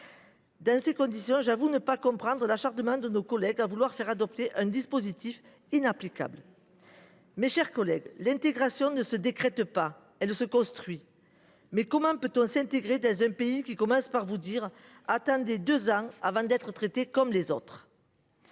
Dans ces conditions, j’avoue ne pas comprendre cet acharnement de nos collègues à vouloir faire adopter un dispositif inapplicable… Mes chers collègues, l’intégration ne se décrète pas, elle se construit. Mais comment peut on s’intégrer dans un pays qui commence par vous dire « attendez deux ans avant d’être traité comme les autres »